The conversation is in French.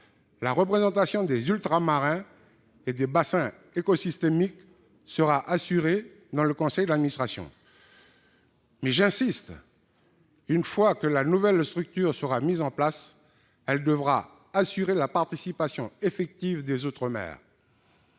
la représentation des Ultramarins et des bassins écosystémiques sera assurée dans le conseil d'administration. Mais, j'y insiste, une fois que la nouvelle structure sera mise en place, elle devra assurer la participation effective des outre-mer.